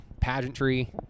pageantry